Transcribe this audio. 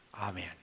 Amen